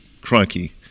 crikey